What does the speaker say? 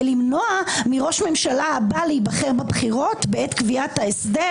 למנוע מראש הממשלה הבא להיבחר בבחירות בעת קביעת ההסדר?